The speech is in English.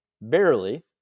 barely